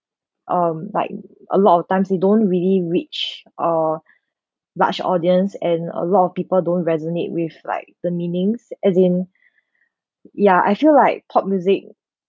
um like a lot of times you don't really reach uh large audience and a lot of people don't resonate with like the meanings as in ya I feel like pop music